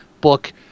book